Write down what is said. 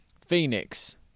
Phoenix